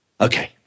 Okay